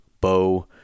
Bow